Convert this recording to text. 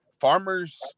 farmers